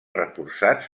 reforçats